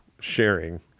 sharing